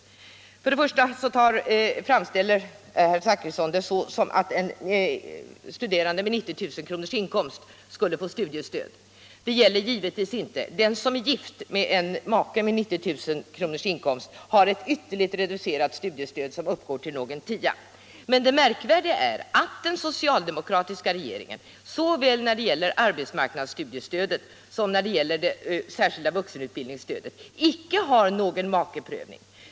Allmänpolitisk debatt Allmänpolitisk debatt Först framställer herr Zachrisson det så att en studerande med 90 000 kronors inkomst skulle få studiestöd. Det gäller givetvis inte. Den som är gift och har en make med 90 000 kronors inkomst har ett ytterligt reducerat studiestöd, som bara uppgår till någon tia. Men det märk värdiga är att den socialdemokratiska regeringen såväl när det gäller arbetsmarknadsstudiestödet som när det gäller det särskilda vuxenutbildningsstödet icke har någon makeprövning.